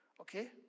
Okay